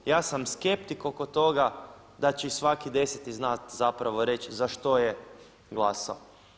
Ja sam skeptik oko toga da će i svaki deseti znati zapravo reći za što je glasao.